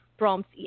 Prompts